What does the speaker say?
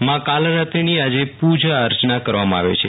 માં કાલરાત્રીની આજે પ્જા અર્ચના કરવામાં આવે છે